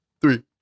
three